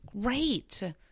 Great